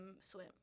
swim